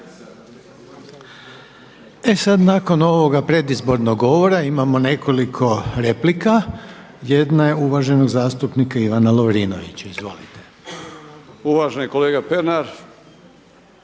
E sada nakon ovoga predizbornog govora imamo nekoliko replika. Jedna je uvaženog zastupnika Ivana Lovrinovića. Izvolite. **Lovrinović, Ivan